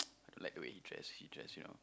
like the way he dress he dress you know